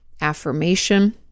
affirmation